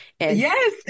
Yes